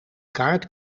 kaart